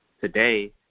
today